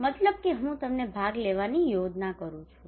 મતલબ કે હું તમને ભાગ લેવાની યોજના કરું છું